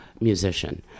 musician